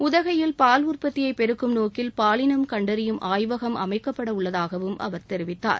உதகையில் பால் உற்பத்தியை பெருக்கும் நோக்கில் பாலினம் கண்டறியும் ஆய்வகம் அமைக்கப்படவுள்ளதாகவும் அவர் தெரிவித்தார்